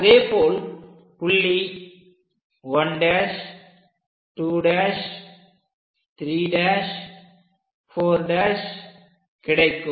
அதேபோல் புள்ளி 1' 2' 3' 4' கிடைக்கும்